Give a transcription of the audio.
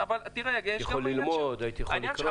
הייתי יכול ללמוד, הייתי יכול לקרוא.